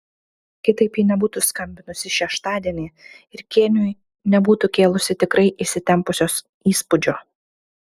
kitaip ji nebūtų skambinusi šeštadienį ir kėniui nebūtų kėlusi tikrai įsitempusios įspūdžio